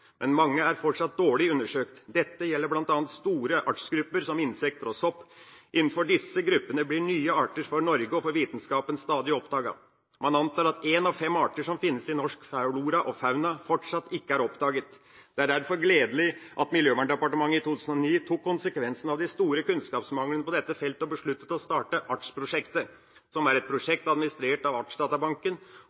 men mange er fortsatt dårlig undersøkt. Dette gjelder bl.a. store artsgrupper som insekter og sopp. Innenfor disse gruppene blir nye arter, for Norge og for vitenskapen, stadig oppdaget. Man antar at én av fem arter som finnes i norsk flora og fauna, fortsatt ikke er oppdaget. Det er derfor gledelig at Miljøverndepartementet i 2009 tok konsekvensen av de store kunnskapsmanglene på dette feltet og besluttet å starte Artsprosjektet, som er et prosjekt administrert av Artsdatabanken,